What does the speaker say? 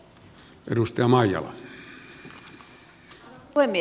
arvoisa puhemies